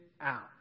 out